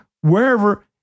wherever